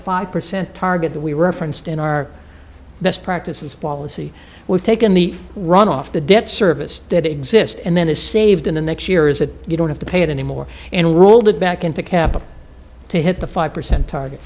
five percent target that we referenced in our best practices policy we've taken the run off the debt service that exists and then is saved in the next year is that you don't have to pay it anymore and rolled it back into capital to hit the five percent target